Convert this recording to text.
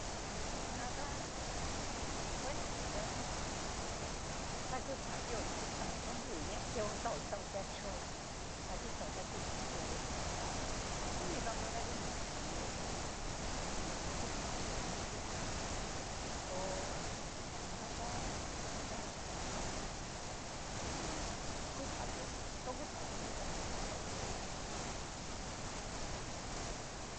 ña jan ta bueno yú ta ta, ta kutatio na kixao tu u ña keo xao xao ke choo takixao ta ku tatio ixao tá uni xaonrio ta ngu ni kidinio chí ho o on. kutatio kixao, to ñajan tá osea ña jan tá ña ku tatio tu kutatio ni kixao ta ngu ni xaorio ta ngu ni kidinio ujum.